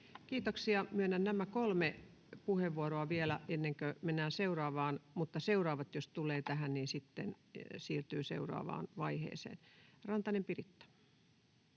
Kiitoksia. — Myönnän nämä kolme puheenvuoroa vielä, ennen kuin mennään seuraavaan kohtaan, mutta jos puheenvuoropyyntöjä vielä tulee tähän, niin ne siirtyvät seuraavaan vaiheeseen. — Rantanen, Piritta.